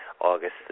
August